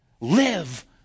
Live